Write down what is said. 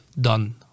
done